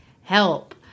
help